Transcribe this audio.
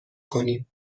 کنیم